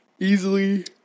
Easily